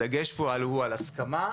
הדגש פה הוא על הסכמה,